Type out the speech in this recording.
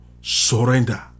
surrender